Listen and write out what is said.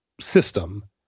system